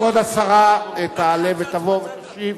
כבוד השרה תעלה ותבוא ותשיב.